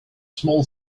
small